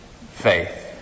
faith